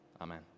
amen